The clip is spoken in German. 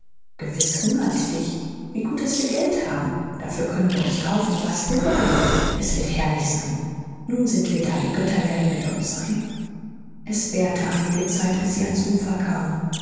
gewiß hungert dich wie gut daß wir geld haben dafür können wir uns kaufen was wir wollen es wird herrlich sein nun sind wir da die götter werden mit uns sein es währte einige zeit bis sie ans ufer kamen